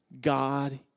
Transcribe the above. God